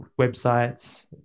websites